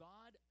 God